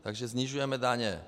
Takže snižujeme daně.